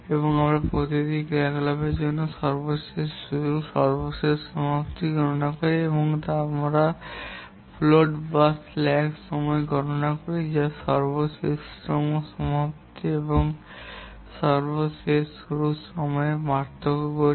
এবং আমরা প্রতিটি ক্রিয়াকলাপের জন্য সর্বশেষ শুরু সর্বশেষ সমাপ্তি গণনা করি এবং আমরা ফ্লোট বা স্ল্যাক সময় গণনা করি যা সর্বশেষতম সমাপ্তি এবং সর্বশেষ শুরুর সময়ের মধ্যে পার্থক্য করি